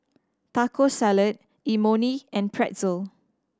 Taco Salad Imoni and Pretzel